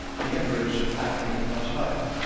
the average of acting is much higher.